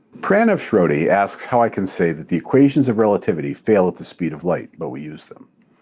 pranav shroti asks how i can say that the equations of relativity fail at the speed of light, but we use them.